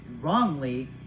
wrongly